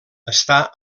està